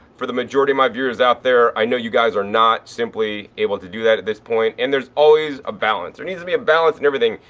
for the majority of my viewers out there, i know you guys are not simply able to do that at this point. and there's always a balance. there needs to be a balance in everything.